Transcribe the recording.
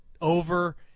Over